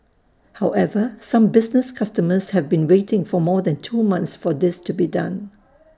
however some business customers have been waiting more than two months for this to be done